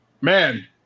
man